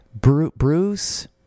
Bruce